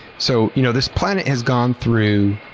so you know this planet has gone through